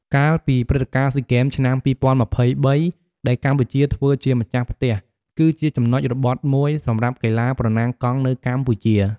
កាលពីព្រឹត្តិការណ៍ស៊ីហ្គេមឆ្នាំ ២០២៣ ដែលកម្ពុជាធ្វើជាម្ចាស់ផ្ទះ គឺជាចំណុចរបត់មួយសម្រាប់កីឡាប្រណាំងកង់នៅកម្ពុជា។